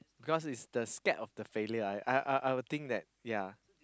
cause it's the scared of the failure I I I would think that ya